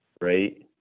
right